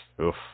oof